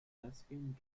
lesbian